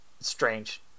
strange